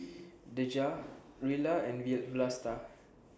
Dejah Rilla and Vlasta